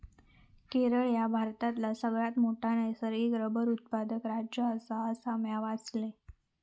केरळ ह्या भारतातला सगळ्यात मोठा नैसर्गिक रबर उत्पादक राज्य आसा, असा म्या वाचलंय